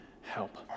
help